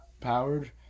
powered